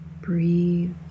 Breathe